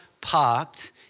parked